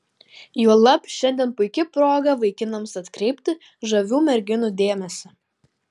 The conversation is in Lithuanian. juolab šiandien puiki proga vaikinams atkreipti žavių merginų dėmesį